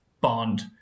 Bond